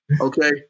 okay